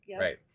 Right